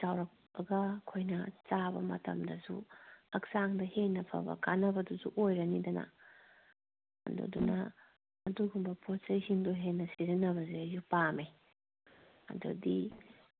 ꯆꯥꯎꯔꯛꯄꯒ ꯑꯩꯈꯏꯅ ꯆꯥꯕ ꯃꯇꯝꯗꯁꯨ ꯍꯛꯆꯥꯡꯗ ꯍꯦꯟꯅ ꯐꯕ ꯀꯥꯟꯅꯕꯗꯨꯁꯨ ꯑꯣꯏꯔꯅꯤꯗꯅ ꯑꯗꯨꯗꯨꯅ ꯑꯗꯨꯒꯨꯝꯕ ꯄꯣꯠ ꯆꯩꯁꯤꯡꯗꯨ ꯍꯦꯟꯅ ꯁꯤꯖꯤꯟꯅꯕꯁꯦ ꯑꯩꯁꯨ ꯄꯥꯝꯃꯦ ꯑꯗꯨꯗꯤ